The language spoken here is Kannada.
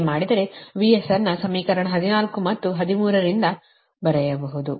ಹೀಗೆ ಮಾಡಿದರೆ VS ಅನ್ನು ಸಮೀಕರಣ 14 ಮತ್ತು 13 ಇಂದ ಬರೆಯಲು